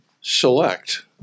select